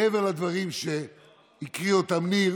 מעבר לדברים שהקריא ניר